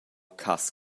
cass